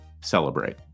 celebrate